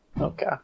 Okay